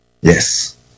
yes